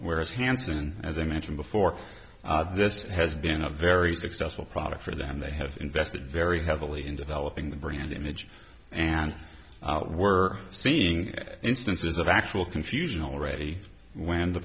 whereas hansen as i mentioned before this has been a very successful product for them they have invested very heavily in developing the brand image and we're seeing instances of actual confusion already when the